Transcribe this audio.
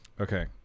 Okay